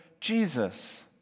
Jesus